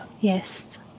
Yes